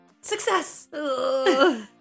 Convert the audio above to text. success